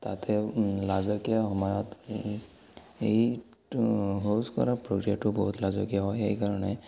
তাতে লাজকীয়া সময়ত এইটো শৌচ কৰাৰ প্ৰক্ৰিয়াটো বহুত লাজকীয়া হয় সেইকাৰণে